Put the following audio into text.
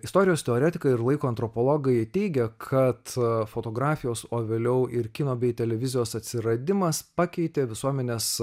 istorijos teoretikai ir laiko antropologai teigia kad fotografijos o vėliau ir kino bei televizijos atsiradimas pakeitė visuomenės